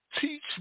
Teach